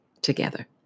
together